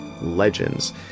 legends